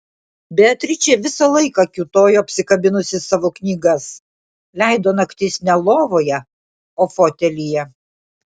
beatričė visą laiką kiūtojo apsikabinusi savo knygas leido naktis ne lovoje o fotelyje